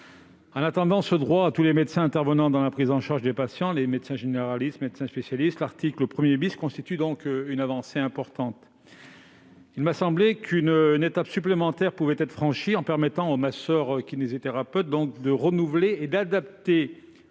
En étendant ce droit à tous les médecins intervenant dans la prise en charge des patients, qu'ils soient généralistes ou spécialistes, l'article 1 constitue une avancée importante. Il m'a semblé qu'une étape supplémentaire pouvait être franchie en permettant aux masseurs-kinésithérapeutes de renouveler et d'adapter